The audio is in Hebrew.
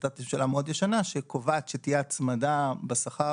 החלטת מממשלה מאוד ישנה שקובעת שתהיה הצמדה בשכר